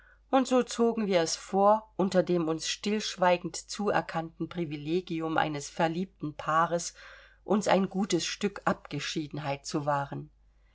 und so zogen wir es vor unter dem uns stillschweigend zuerkannten privilegium eines verliebten paares uns ein gutes stück abgeschiedenheit zu wahren